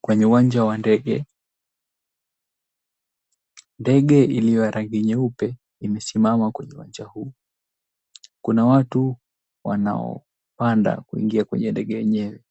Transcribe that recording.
Kwenye uwanja wa ndege, ndege iliyo ya rangi nyeupe imesimama kwenye uwanja huu. Kuna watu wanaopanda kuingia kwenye ndege enyewe,